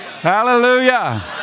Hallelujah